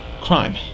crime